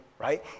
right